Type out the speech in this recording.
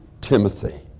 Timothy